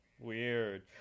Weird